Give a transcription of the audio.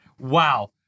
Wow